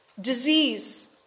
disease